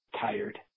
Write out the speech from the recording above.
tired